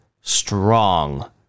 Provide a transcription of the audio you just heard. strong